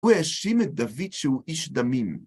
הוא האשים את דוד שהוא איש דמים.